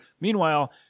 Meanwhile